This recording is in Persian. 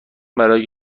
برای